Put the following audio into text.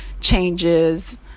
changes